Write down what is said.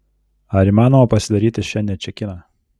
ar įmanoma pasidaryti šiandien čekiną